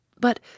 But